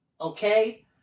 Okay